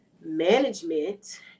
management